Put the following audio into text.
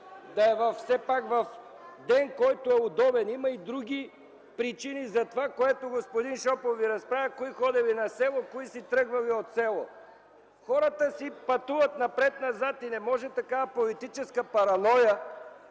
Все пак в ден, който е удобен. Има и други причини за това, което господин Шопов ви разправя кои ходели на село, кои си тръгвали от село. Хората си пътуват напред-назад и не може такава политическа параноя